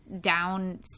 down